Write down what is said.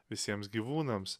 visiems gyvūnams